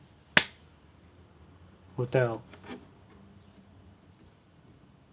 hotel